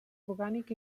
orgànic